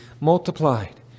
multiplied